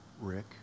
Rick